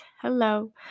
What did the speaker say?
hello